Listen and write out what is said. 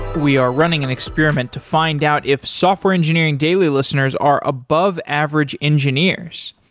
we are running an experiment to find out if software engineering daily listeners are above average engineers.